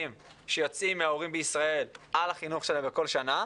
שיוצאים מההורים בישראל על החינוך שלהם בכל שנה.